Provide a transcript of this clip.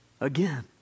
Again